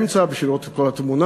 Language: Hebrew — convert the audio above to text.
באמצע, בשביל לראות את כל התמונה?